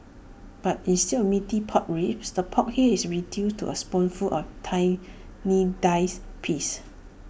but instead of Meaty Pork Ribs the pork here is reduced to A spoonful of tiny diced pieces